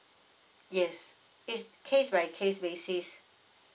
yes it's case by case basis